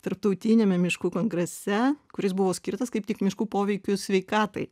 tarptautiniame miškų kongrese kuris buvo skirtas kaip tik miškų poveikių sveikatai